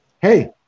Hey